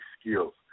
skills